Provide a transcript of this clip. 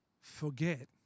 Forget